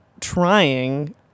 trying